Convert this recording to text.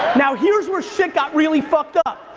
now here's where shit got really fucked up.